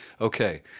Okay